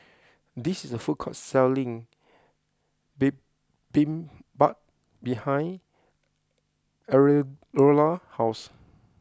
this is a food court selling Bibimbap behind Eleanora's house